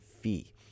fee